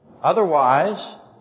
Otherwise